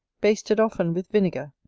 basted often with vinegar,